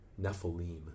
Nephilim